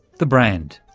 the brand.